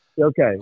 Okay